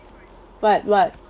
what what